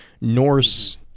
Norse